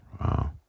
Wow